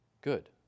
good